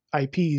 IPs